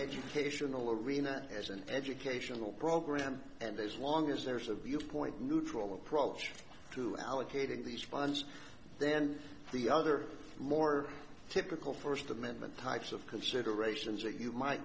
educational arena as an educational program and as long as there's a viewpoint neutral approach to allocating these funds then the other more typical first amendment types of considerations that you might